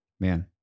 Man